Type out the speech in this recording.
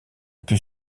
plus